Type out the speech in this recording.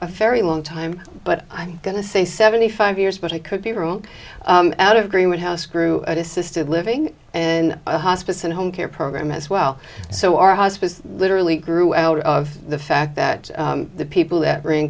a very long time but i'm going to say seventy five years but i could be wrong out of greenwood house crew assisted living in a hospice and home your program as well so our hospice literally grew out of the fact that the people that r